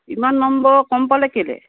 ইমান নম্বৰ কম পালে কেলৈ